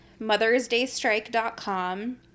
mothersdaystrike.com